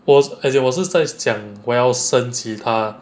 as in 我是在想我要升级他